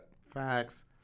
Facts